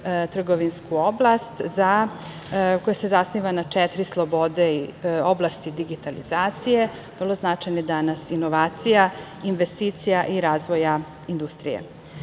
trgovinsku oblast koja se zasniva na četiri slobode iz oblasti digitalizacije, vrlo značajne danas, inovacija, investicija i razvoja industrije. Sastanak